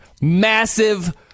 Massive